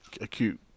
acute